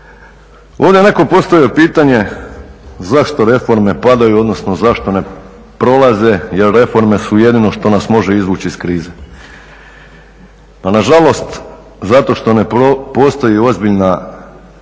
Ovdje je netko postavio pitanje zašto reforme padaju, odnosno zašto ne prolaze jer reforme su jedni što nas može izvući iz krize. Pa nažalost zato što ne postoji ozbiljna stvarna